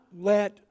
let